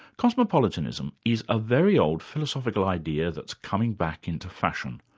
cosmopolitanism is a very old philosophical idea that is coming back into fashion,